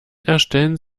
erstellen